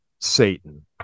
satan